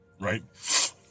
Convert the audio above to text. right